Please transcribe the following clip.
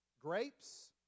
Grapes